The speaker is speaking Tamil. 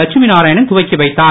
ட்சுமி நாராயணன் துவக்கி வைத்தார்